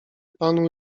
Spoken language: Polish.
panu